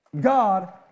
God